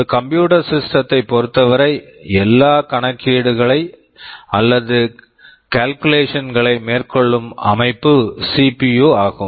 ஒரு computer system computer system -தைப் பொறுத்தவரை எல்லா கணக்கீடுகளை அல்லது கால்குலேஷன்ஸ் calculations ஐ மேற்கொள்ளும் அமைப்பு சிபியு CPU ஆகும்